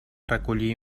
recollir